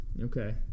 Okay